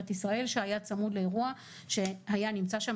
ישראל שהיה צמוד לאירוע שהיה נמצא שם.